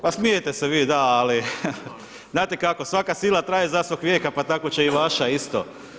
Pa smijete se vi, da, ali znate kako - svaka sila traje za svog vijeka – pa tako će i vaša isto.